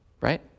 right